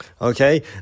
Okay